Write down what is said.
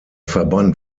verband